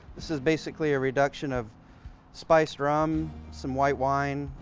this is basically a reduction of spiced rum, some white wine,